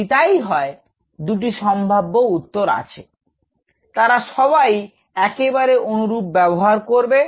যদি তাই হয় দুটি সম্ভাব্য উত্তর আছে তারা সবাই একেবারে অনুরূপ ব্যবহার করবে